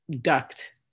ducked